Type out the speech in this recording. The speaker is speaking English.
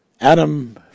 Adam